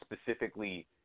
specifically